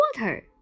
water